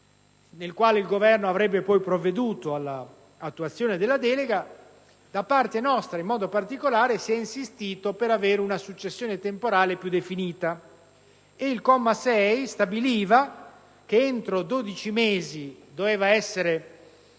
il quale il Governo avrebbe provveduto all'attuazione della delega. Da parte nostra, in modo particolare, si è insistito per avere una successione temporale più definita. Il comma 6 stabiliva che entro 12 mesi doveva essere